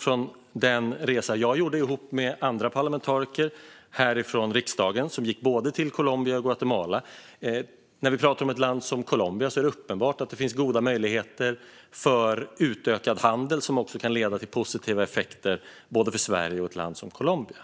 från den resa jag gjorde ihop med andra parlamentariker härifrån riksdagen som gick till både Colombia och Guatemala. När vi pratar om ett land som Colombia är det uppenbart att det finns goda möjligheter för utökad handel, som kan leda till positiva effekter för både Sverige och ett land som Colombia.